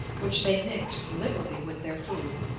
which they mis liberally with their food.